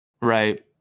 Right